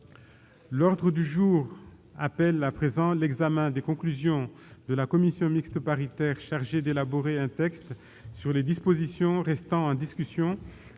L'ordre du jour appelle l'examen des conclusions de la commission mixte paritaire chargée d'élaborer un texte sur les dispositions restant en discussion